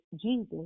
Jesus